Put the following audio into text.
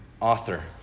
author